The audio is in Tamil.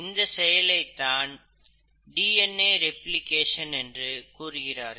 இந்த செயலை தான் டி என் ஏ ரெப்ளிகேஷன் என்று கூறுகிறார்கள்